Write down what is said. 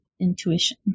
intuition